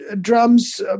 drums